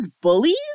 bullies